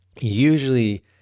Usually